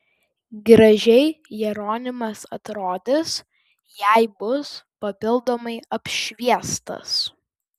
gražiai jeronimas atrodys jei bus papildomai apšviestas